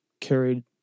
carried